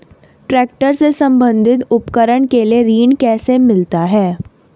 Tractor से संबंधित उपकरण के लिए ऋण कैसे मिलता है?